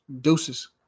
deuces